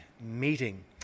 meeting